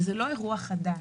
וזה לא אירוע חדש.